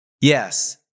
Yes